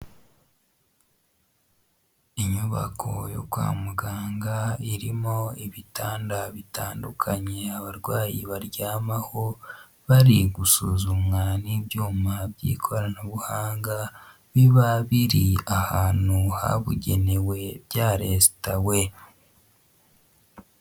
Inyubako yo kwa muganga irimo ibitanda bitandukanye abarwayi baryamaho, bari gusuzumwa n'ibyuma by'ikoranabuhanga, biba biri ahantu habugenewe byaresitawe.